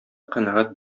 канәгать